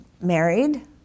married